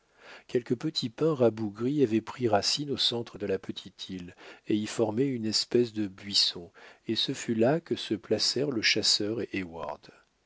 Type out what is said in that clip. quelques petits pins rabougris avaient pris racine au centre de la petite île et y formaient une espèce de buisson et ce fut là que se placèrent le chasseur